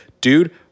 dude